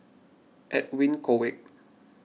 Edwin Koek